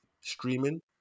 Streaming